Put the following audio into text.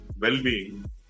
well-being